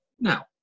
now